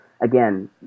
Again